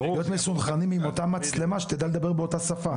להיות מסונכרנים עם אותה מצלמה שתדע לדבר באותו שפה.